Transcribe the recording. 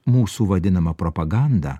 mūsų vadinama propaganda